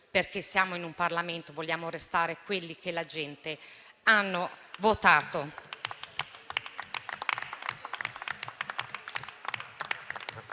perché siamo in un Parlamento, vogliamo restare quelli che la gente ha votato.